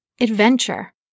Adventure